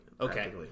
Okay